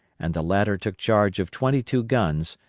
and the latter took charge of twenty-two guns,